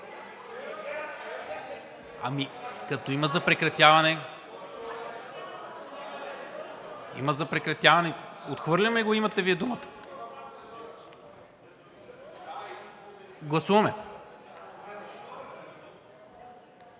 ами като има за прекратяване? Има за прекратяване. Отхвърляме го и имате Вие думата. Гласуваме.